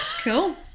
cool